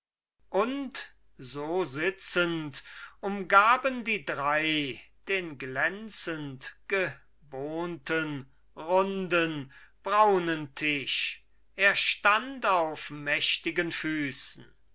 und so sitzend umgaben die drei den glänzend gebohnten runden braunen tisch er stand auf mächtigen füßen